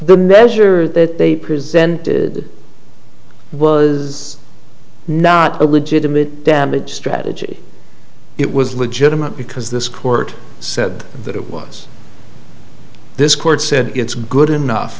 the measure that they presented was not a legitimate damage strategy it was legitimate because this court said that it was this court said it's good enough